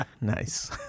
Nice